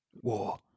war